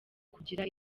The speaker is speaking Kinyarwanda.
kugira